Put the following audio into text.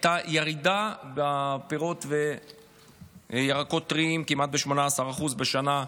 הייתה ירידה בפירות וירקות טריים כמעט ב-18% בשנה,